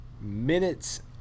minutes